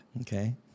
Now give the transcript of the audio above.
Okay